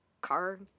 car